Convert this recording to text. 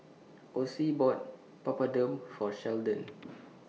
Ossie bought Papadum For Sheldon